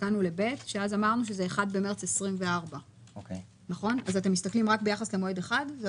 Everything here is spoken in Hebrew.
שאז אמרנו שזה 1 במרץ 24. אתם מסתכלים רק ביחס למועד אחד?